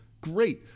great